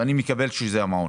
ואני מקבל שזה המעון,